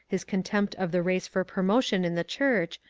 his contempt of the race for promotion in the church,